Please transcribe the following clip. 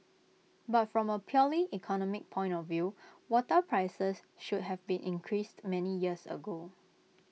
but from A purely economic point of view water prices should have been increased many years ago